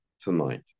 tonight